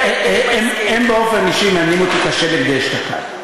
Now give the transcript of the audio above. הם באופן אישי מעניינים אותי כשלג דאשתקד.